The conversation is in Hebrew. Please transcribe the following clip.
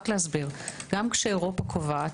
רק להסביר - גם כשאירופה קובעת,